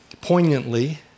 poignantly